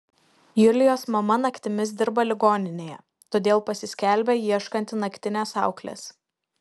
julijos mama naktimis dirba ligoninėje todėl pasiskelbia ieškanti naktinės auklės